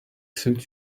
suit